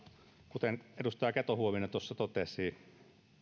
kuten edustaja keto huovinen tuossa totesi